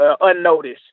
Unnoticed